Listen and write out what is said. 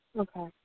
Okay